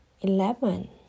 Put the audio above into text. eleven